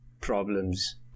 problems